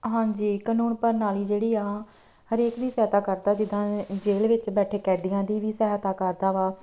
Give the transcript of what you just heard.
ਹਾਂਜੀ ਕਾਨੂੰਨ ਪ੍ਰਣਾਲੀ ਜਿਹੜੀ ਆ ਹਰੇਕ ਦੀ ਸਹਾਇਤਾ ਕਰਦਾ ਜਿੱਦਾਂ ਜੇਲ ਵਿਚ ਬੈਠੇ ਕੈਦੀਆਂ ਦੀ ਵੀ ਸਹਾਇਤਾ ਕਰਦਾ ਵਾ